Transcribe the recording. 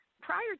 Prior